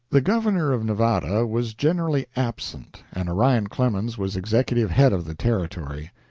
the governor of nevada was generally absent, and orion clemens was executive head of the territory.